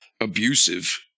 abusive